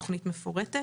תוכנית מפורטת.